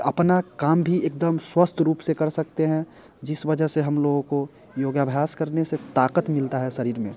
अपना काम भी एकदम स्वस्थ रूप से कर सकते हैं जिस वजह से हम लोगों को योगाभ्यास करने से ताकत मिलता है शरीर में